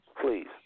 Please